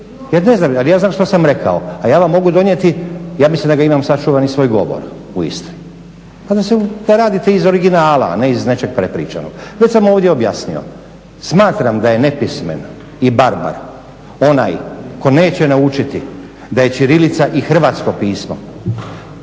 čega vi čitate ali ja znam što sam rekao. A ja vam mogu donijeti, ja mislim da ga imam sačuvan i svoj govor u Istri. Pa da radite iz originala, a ne iz nečeg prepričanog. Već sam ovdje objasnio, smatram da je nepismen i barbar onaj tko neće naučiti da je ćirilica i hrvatsko pismo,